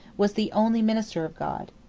was the only minister of god.